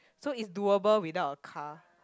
so is doable without a car